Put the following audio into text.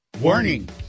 Warning